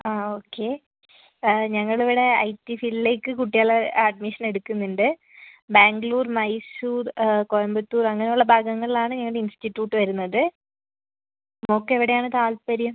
അ okay ഞങ്ങള് ഇവിടെ I T ഫീൽഡിലേക്ക് കുട്ടികളെ അഡ്മിഷൻ എടുക്കുന്നുണ്ട് ബാംഗ്ലൂർ മൈസൂർ കോയമ്പത്തൂർ അങ്ങനെ ഉള്ള ഭാഗങ്ങളിലാണ് ഞങ്ങളുടെ ഇൻസ്റ്റിട്യൂട്ട് വരുന്നത് മോൾക്ക് എവിടെയാണ് താല്പര്യം